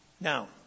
Now